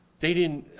they didn't,